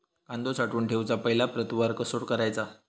कांदो साठवून ठेवुच्या पहिला प्रतवार कसो करायचा?